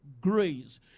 grace